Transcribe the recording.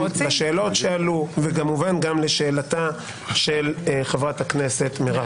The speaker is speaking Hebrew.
לשאלות שעלו וכמובן גם לשאלתה של חברת הכנסת מירב כהן.